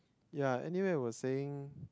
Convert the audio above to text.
yeah anyway I was saying